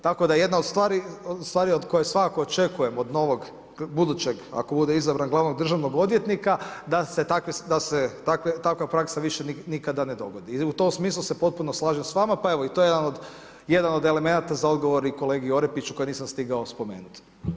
Tako da jedna od stvari koje svakako očekujem od novog budućeg, ako bude izabran, glavnog državnog odvjetnika, da se takva praksa više nikada ne dogodi i u tom smislu se potpuno slažem s vama pa evo i to je jedan od elemenata za odgovor i kolegi Orepiću koji nisam stigao spomenut.